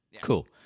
Cool